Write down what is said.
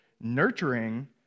nurturing